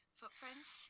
footprints